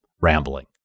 rambling